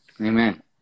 amen